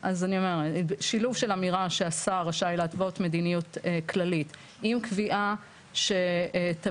שילוב של אמירה שהשר רשאי להתוות מדיניות כללית עם קביעה שתבהיר